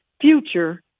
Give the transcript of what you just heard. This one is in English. future